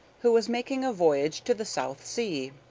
who was making a voyage to the south sea.